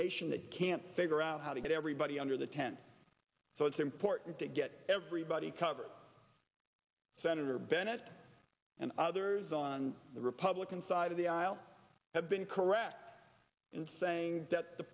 nation that can't figure out how to get everybody under the tent so it's important to get everybody covered senator bennet and others on the republican side of the aisle have been correct in saying that the